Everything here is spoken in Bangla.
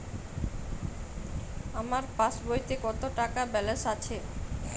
আমার পাসবইতে কত টাকা ব্যালান্স আছে?